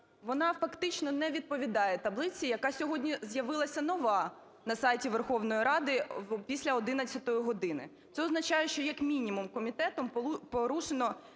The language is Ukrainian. Вона фактично не відповідає таблиці, яка сьогодні з'явилася нова на сайті Верховної Ради після 11 години. Це означає, як мінімум, що комітетом порушено